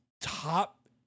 top